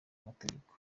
mategeko